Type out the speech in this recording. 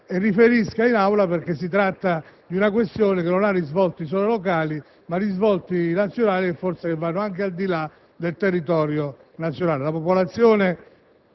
e riferisca in Aula, trattandosi di una questione che non ha risvolti solo locali, ma nazionali e che, forse, vanno anche al di là del territorio nazionale. La popolazione